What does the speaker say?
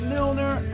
Milner